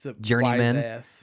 journeyman